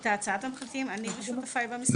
את הצעת המחלקים, אני ושותפיי במשרד.